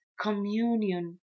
communion